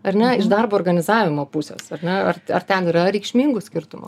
ar ne iš darbo organizavimo pusės na ar ar ten yra reikšmingų skirtumų